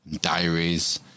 diaries